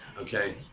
okay